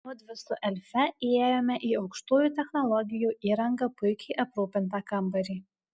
mudvi su elfe įėjome į aukštųjų technologijų įranga puikiai aprūpintą kambarį